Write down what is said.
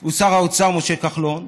הוא שר האוצר משה כחלון,